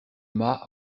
mât